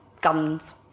guns